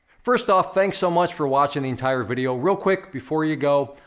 first off, thanks so much for watching the entire video. real quick, before you go,